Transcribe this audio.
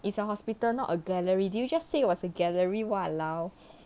it's a hospital not a gallery did you just say it was a gallery !walao!